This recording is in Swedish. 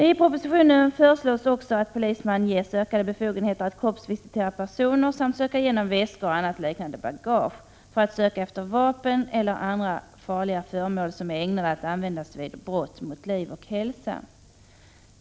I propositionen föreslås också att polisman ges ökade befogenheter att kroppsvisitera personer samt söka igenom väskor och annat liknande bagage för att leta efter vapen eller andra farliga föremål som är ägnade att användas vid brott mot liv och hälsa.